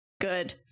Good